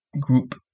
group